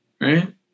Right